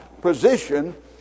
position